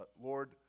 Lord